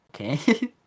Okay